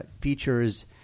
features